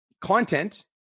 content